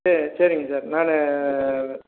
செ சரிங்க சார் நான்